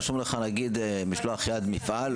רשום לך נגיד משלח-יד מפעל.